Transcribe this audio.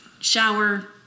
shower